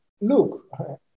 look